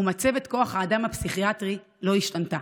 ומצבת כוח האדם הפסיכיאטרי לא השתנתה,